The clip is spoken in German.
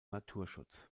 naturschutz